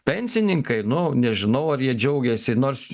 pensininkai nu nežinau ar jie džiaugiasi nors